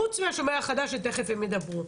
חוץ מהשומר החדש שתכף הם ידברו,